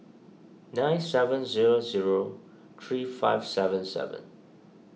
nine seven zero zero three five seven seven